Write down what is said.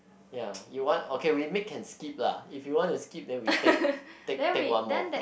ya you want okay we make can skip lah if you want to skip then we take take take one more